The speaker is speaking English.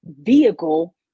vehicle